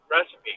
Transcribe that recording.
Recipe